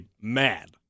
mad